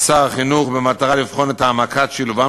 שר החינוך במטרה לבחון את העמקת שילובם